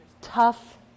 tough